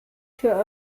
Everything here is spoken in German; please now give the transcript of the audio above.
für